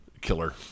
killer